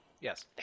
Yes